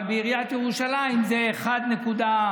אבל בעיריית ירושלים זה 1.7%,